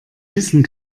wissen